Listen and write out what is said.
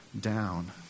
down